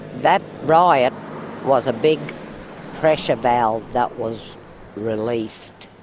that riot was a big pressure valve that was released.